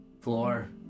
Floor